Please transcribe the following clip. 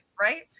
right